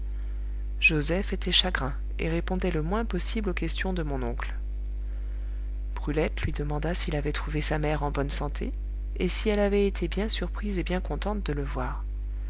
joseph était chagrin et répondait le moins possible aux questions de mon oncle brulette lui demanda s'il avait trouvé sa mère en bonne santé et si elle avait été bien surprise et bien contente de le voir